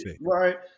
Right